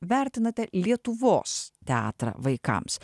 vertinate lietuvos teatrą vaikams